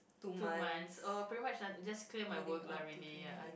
two months oh pretty much lah just clear my work lah really